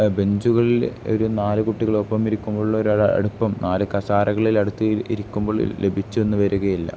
ബെഞ്ചുകളിൽ ഒരു നാല് കുട്ടികൾ ഒപ്പം ഇരിക്കുമ്പോളുള്ള ഒരു ഒരു അടുപ്പം നാല് കസാരകളിൽ അടുത്ത് ഇരിക്കുമ്പോൾ ലഭിച്ചെന്ന് വരികയില്ല